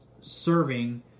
serving